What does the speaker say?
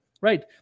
right